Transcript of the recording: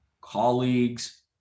colleagues